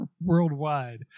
worldwide